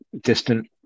distant